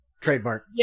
Trademark